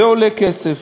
זה עולה כסף.